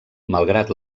malgrat